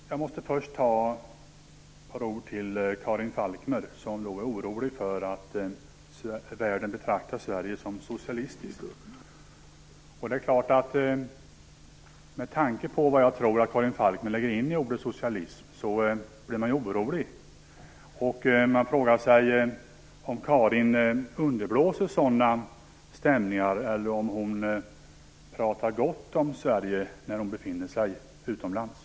Herr talman! Först måste jag säga några ord till Karin Falkmer, som är orolig för att världen betraktar Sverige som socialistiskt. Med tanke på vad Karin Falkmer nog lägger in i ordet socialism blir jag orolig. Jag undrar om Karin Falkmer underblåser sådana stämningar eller om hon talar väl om Sverige när hon befinner sig utomlands.